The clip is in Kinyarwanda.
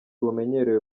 bumenyerewe